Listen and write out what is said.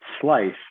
slice